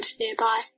nearby